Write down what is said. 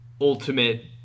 ultimate